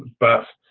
but